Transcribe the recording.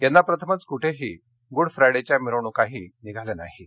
यंदा प्रथमच कुठहीी गुडफ्रायडच्या मिरवणुकाही निघाल्या नाहीत